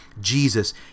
Jesus